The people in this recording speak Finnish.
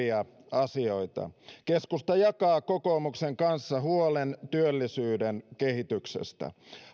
asioita keskusta jakaa kokoomuksen kanssa huolen työllisyyden kehityksestä